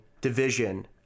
division